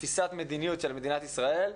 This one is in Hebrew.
כתפיסת מדיניות של מדינת ישראל,